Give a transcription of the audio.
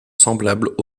semblables